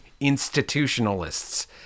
institutionalists